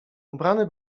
ubrany